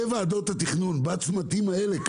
בוועדות התכנון בצמתים האלה,